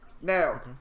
Now